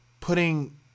putting